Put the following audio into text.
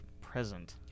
present